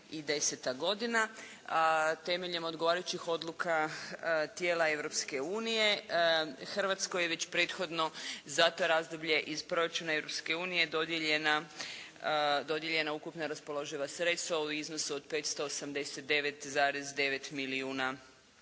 do 2010. godina, a temeljem odgovarajućih odluka tijela Europske unije Hrvatskoj je već prethodno za to razdoblje iz proračuna Europske unije dodijeljena ukupna raspoloživa sredstva u iznosu od 589,9 milijuna